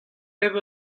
pep